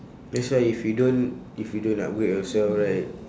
that's why if you don't if you don't upgrade yourself right